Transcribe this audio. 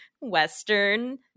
Western